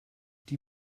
die